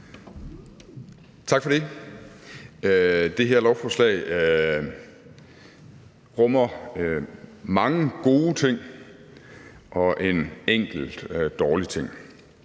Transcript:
Tak for det. Det her lovforslag rummer mange gode ting og en enkelt dårlig ting.